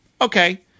Okay